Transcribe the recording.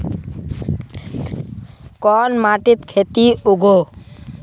कोन माटित खेती उगोहो?